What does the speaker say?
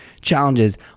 challenges